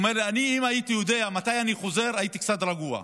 הוא אמר לי: אם הייתי יודע מתי אני חוזר הייתי קצת רגוע.